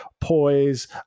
poise